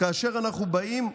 כאשר אנחנו באים,